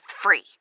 free